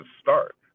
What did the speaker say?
start